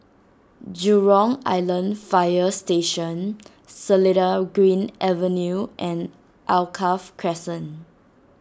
Jurong Island Fire Station Seletar Green Avenue and Alkaff Crescent